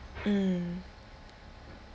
mm